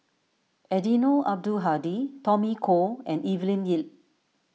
Eddino Abdul Hadi Tommy Koh and Evelyn Lip